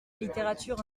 littérature